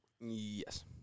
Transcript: Yes